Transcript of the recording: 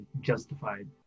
justified